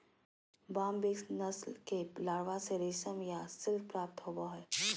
Bombyx नस्ल के larva से रेशम या सिल्क प्राप्त होबा हइ